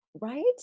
Right